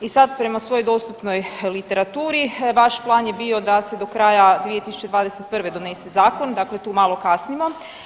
I sad prema svoj dostupnoj literaturi vaš plan je bio da se do kraja 2021. donese zakon, dakle tu malo kasnimo.